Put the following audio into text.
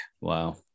Wow